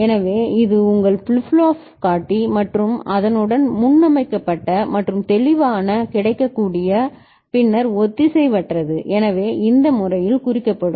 எனவே இது உங்கள் ஃபிளிப் ஃப்ளாப் காட்டி மற்றும் அதனுடன் முன்னமைக்கப்பட்ட மற்றும் தெளிவான கிடைக்கக்கூடிய பின்னர் ஒத்திசைவற்றது எனவே இது இந்த முறையில் குறிக்கப்படும்